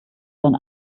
sein